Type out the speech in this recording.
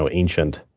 so ancient,